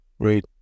Great